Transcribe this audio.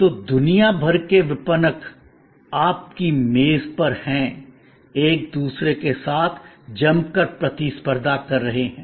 तो दुनिया भर के विपणक आपकी मेज पर हैं एक दूसरे के साथ जमकर प्रतिस्पर्धा कर रहे हैं